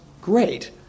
great